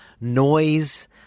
noise